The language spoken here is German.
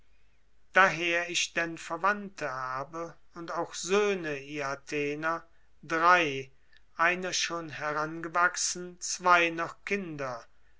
daher ich denn verwandte habe und auch söhne ihr athener drei einer schon herangewachsen zwei noch kinder